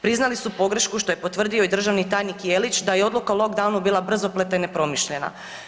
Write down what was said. Priznali su pogrešku što je potvrdio i državni tajnik Jelić da je odluka o lockdownu bila brzopleta i nepromišljena.